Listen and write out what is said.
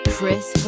Chris